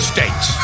States